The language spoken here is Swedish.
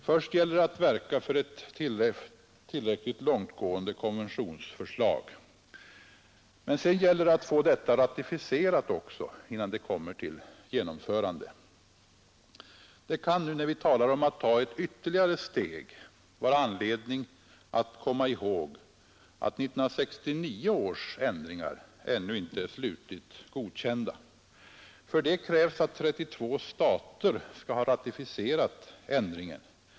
Först gäller det att verka för ett tillräckligt långtgående konventionsförslag. Men sedan gäller det att få detta ratificerat också, innan det kommer till genomförande. Det kan nu, när vi talar om att ta ytterligare steg, vara anledning att komma ihåg att 1969 års ändringar ännu inte är slutligt godkända. För det krävs att 32 stater skall ha ratificerat ändringen.